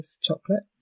chocolate